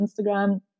Instagram